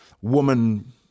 woman